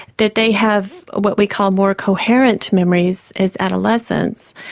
that they have what we call more coherent memories as adolescents.